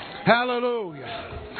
Hallelujah